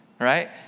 right